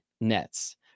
Nets